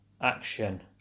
action